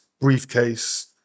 briefcase